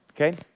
Okay